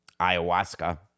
Ayahuasca